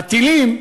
הטילים,